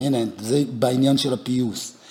הנה, זה בעניין של הפיוס.